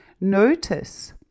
Notice